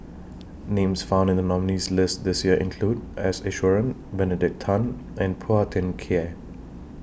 Names found in The nominees' list This Year include S Iswaran Benedict Tan and Phua Thin Kiay